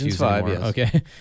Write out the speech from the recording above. okay